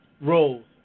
roles